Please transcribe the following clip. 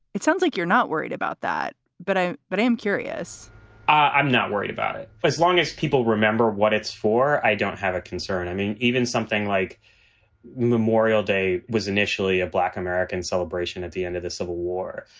it sounds like you're not worried about that. but i but am curious i'm not worried about it as long as people remember what it's for. i don't have a concern. i mean, even something like memorial day was initially a black american celebration at the end of the civil war.